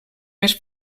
més